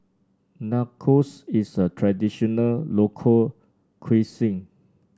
nachos is a traditional local cuisine